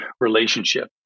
relationship